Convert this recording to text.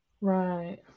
right